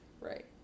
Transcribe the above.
right